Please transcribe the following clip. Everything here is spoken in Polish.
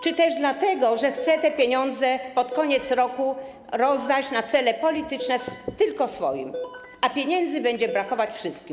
Czy też dlatego, że chce te pieniądze pod koniec roku rozdać na cele polityczne tylko swoim, a pieniędzy będzie brakować wszystkim?